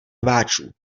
rváčů